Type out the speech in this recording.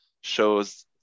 shows